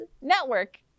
network